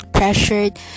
pressured